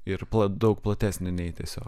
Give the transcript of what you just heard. ir daug platesnį nei tiesiog